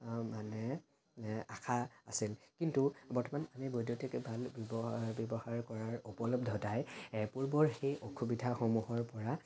মানে আশা আছিল কিন্তু বৰ্তমান বৈদ্যুতিক বাল্ব ব্য়ৱহাৰ ব্যৱহাৰ কৰাৰ উপলব্ধতাই পূৰ্বৰ সেই অসুবিধাসমূহৰ পৰা